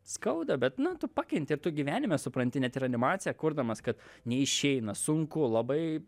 skauda bet nu tu pakenti ir tu gyvenime supranti net ir animaciją kurdamas kad neišeina sunku labai